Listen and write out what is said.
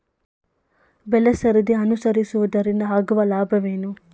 ಬೆಳೆಸರದಿ ಅನುಸರಿಸುವುದರಿಂದ ಆಗುವ ಲಾಭವೇನು?